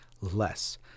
less